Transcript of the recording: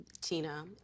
tina